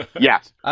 Yes